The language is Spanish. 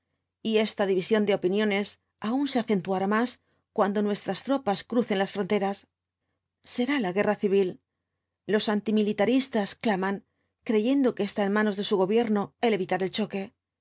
y esta división de opiniones aun se acentuará más cuando nuestras tropas crucen las fronteras será la guerra civil los antimilitaristas claman creyendo que está en manos de su gobierno el evitar el choque